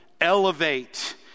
elevate